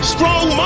Strong